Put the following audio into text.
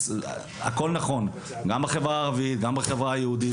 גם בחברה הערבית, גם בחברה היהודית.